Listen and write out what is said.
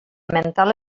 mental